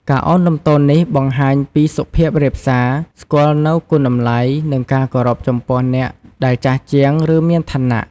ការឱនលំទោននេះបង្ហាញពីសុភាពរាបសា ស្គាល់នូវគុណតម្លៃ និងការគោរពចំពោះអ្នកដែលចាស់ជាង ឬមានឋានៈ។